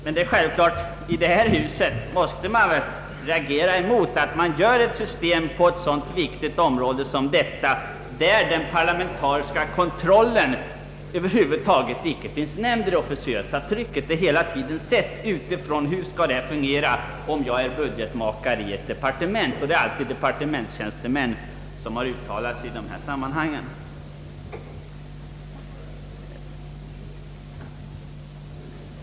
I detta hus måste vi självfallet reagera mot att man gör ett nytt system på ett så viktigt område som detta, utan att den parlamentariska kontrollen över huvud taget finns nämnd i det officiösa trycket. Det är hela tiden sett med utgångspunkt från hur det skall fungera om man är budgetmakare i departementet, och det alltid är departementstjänstemän som har uttalat sig i detta sammanhang.